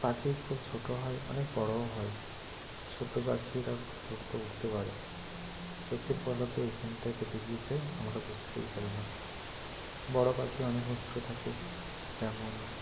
পাখি খুব ছোটও হয় অনেক বড়ও হয় ছোট পাখিরা দ্রুত উড়তে পারে চোখের পলকে এখান থেকে বেরিয়ে যায় আমরা বুঝতেই পারি না বড় পাখি অনেক বছর থাকে যেমন